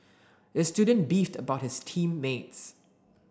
the student beefed about his team mates